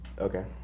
Okay